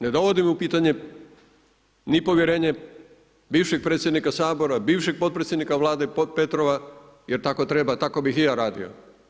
Ne dovodim u pitanje ni povjerenje bivšeg predsjednika Sabora, bivšeg potpredsjednika Vlade Petrova jer tako treba, tako bih i ja radio.